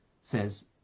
says